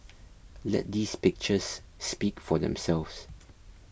let these pictures speak for themselves